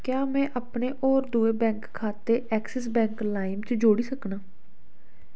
क्या में अपने होर दुए बैंक खाते ऐक्सिस बैंक लाइम च जोड़ी सकनां